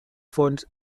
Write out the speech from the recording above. fons